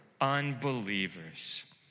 unbelievers